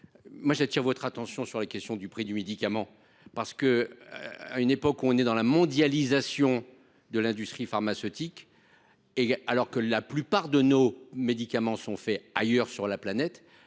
». J’attire votre attention sur la question du prix du médicament : à l’ère de la mondialisation de l’industrie pharmaceutique, et alors que la plupart de nos médicaments sont fabriqués ailleurs sur la planète,